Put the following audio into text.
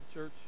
Church